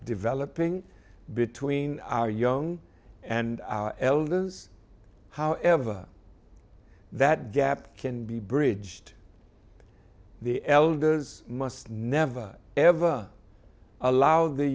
developing between our young and our elders however that gap can be bridged the elders must never ever allow the